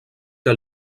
que